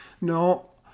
No